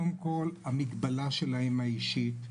קודם כל המגבלה שלהם האישית,